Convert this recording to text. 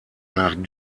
nach